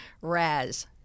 Raz